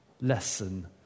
lesson